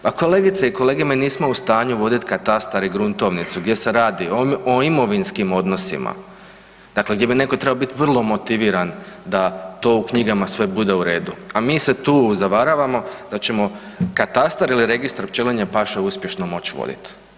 Pa kolegice i kolege, mi nismo u stanju voditi katastar i gruntovnicu, gdje se radi o imovinskim odnosima, dakle gdje bi netko trebao biti vrlo motiviran da to u knjigama sve bude u redu, a mi se tu zavaravamo da ćemo katastar ili registar pčelinje paše uspješno moći voditi.